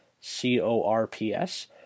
C-O-R-P-S